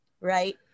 right